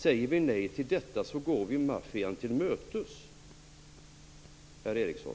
Säger vi nej till det här förslaget går vi maffian till mötes, herr Eriksson.